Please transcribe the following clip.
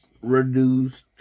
reduced